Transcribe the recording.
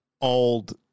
old